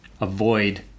avoid